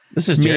this is yeah